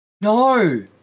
No